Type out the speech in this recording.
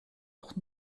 doch